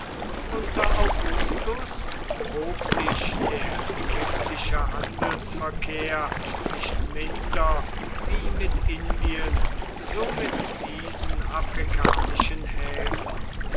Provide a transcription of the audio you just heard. unter augustus hob sich der ägyptische handelsverkehr nicht minder wie mit indien so mit diesen afrikanischen häfen